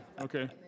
Okay